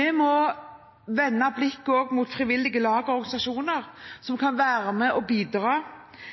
Vi må også vende blikket mot frivillige lag og organisasjoner som kan være med og bidra.